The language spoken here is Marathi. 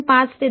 5 ते 2